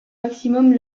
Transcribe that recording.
maximum